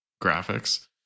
graphics